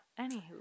Anywho